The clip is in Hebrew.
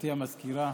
גברתי המזכירה,